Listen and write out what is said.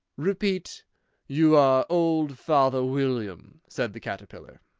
repeat you are old, father william said the caterpillar.